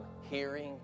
hearing